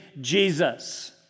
Jesus